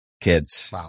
kids